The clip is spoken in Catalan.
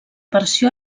versió